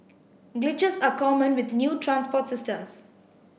glitches are common with new transport systems